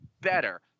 better